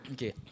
Okay